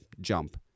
jump